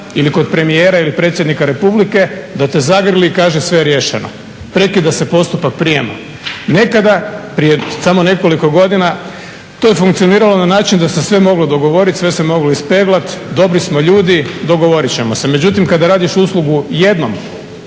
ili kod premijera ili Predsjednika Republike, da te zagrli i kaže sve je riješeno. Prekida se postupak prijema. Nekada prije samo nekoliko godina to je funkcioniralo na način da se sve moglo dogovoriti, sve se moglo ispeglati, dobri smo ljudi, dogovorit ćemo se. Međutim, kada radiš uslugu jednom